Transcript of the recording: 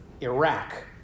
Iraq